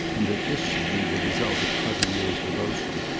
and that this should be the result of twenty years' devotion.